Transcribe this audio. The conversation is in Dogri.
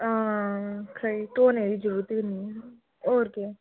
हां खरी ढोने दी जरूरत गै निं ऐ होर केह्